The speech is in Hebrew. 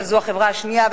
אבל זאת החברה השנייה,